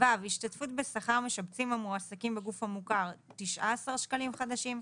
השתתפות בשכר משבצים המועסקים בגוף המוכר - 19 שקלים חדשים,